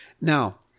now